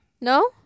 No